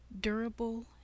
durable